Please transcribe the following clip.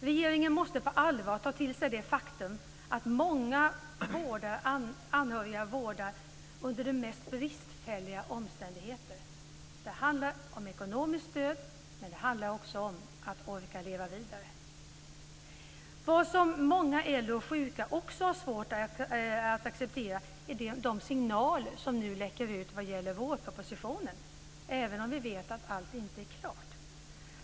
Regeringen måste på allvar ta till sig det faktum att många vårdar anhöriga under de mest bristfälliga omständigheter. Det handlar om ekonomiskt stöd, men det handlar också om att orka leva vidare. Vad som många äldre och sjuka också har svårt att acceptera är de signaler som nu läcker ut när det gäller vårpropositionen, även om vi vet att allt inte är klart.